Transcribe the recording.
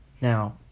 Now